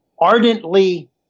ardently